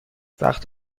وقت